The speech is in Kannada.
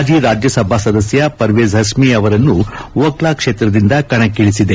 ಮಾಜಿ ರಾಜ್ಯಸಭಾ ಸದಸ್ಯ ಪರ್ವೇಜ್ ಹಸ್ಮಿ ಅವರನ್ನು ಓಕ್ಲಾ ಕ್ಷೇತ್ರದಿಂದ ಕಣಕ್ಕಿಳಿಸಿದೆ